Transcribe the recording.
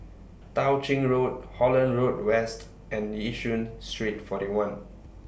Tao Ching Road Holland Road West and Yishun Street forty one